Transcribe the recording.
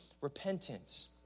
repentance